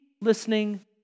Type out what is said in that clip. listening